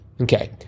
Okay